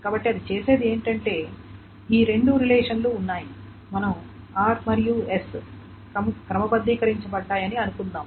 కాబట్టి అది చేసేది ఏమిటంటే ఈ రెండు రిలేషన్ లు ఉన్నాయి మనం r మరియు s క్రమబద్ధీకరించబడ్డాయని అనుకుందాం